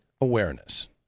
awareness